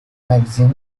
magazine